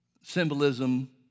symbolism